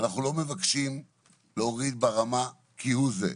אנחנו לא מבקשים להורדי ברמה, כי הוא זה,